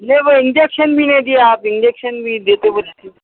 نہیں وہ انجیکشن بھی نہیں دیے آپ انجیکشن بھی دیتے بولے تھے